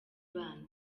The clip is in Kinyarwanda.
bande